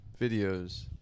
videos